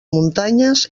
muntanyes